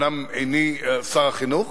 אומנם איני שר החינוך,